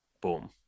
boom